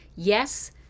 Yes